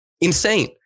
Insane